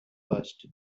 bust